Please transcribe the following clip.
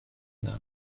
dda